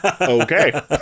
Okay